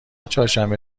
چهارشنبه